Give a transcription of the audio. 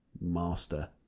master